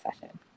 session